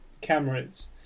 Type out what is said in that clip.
cameras